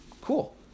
Cool